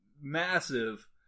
massive